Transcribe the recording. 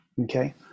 Okay